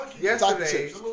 Yesterday